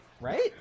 right